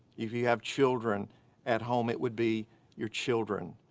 if you have children at home it would be your children.